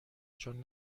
چون